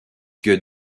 que